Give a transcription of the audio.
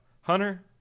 hunter